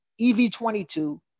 EV22